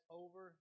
over